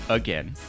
again